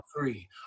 three